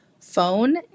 phone